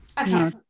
okay